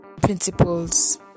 principles